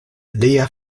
lia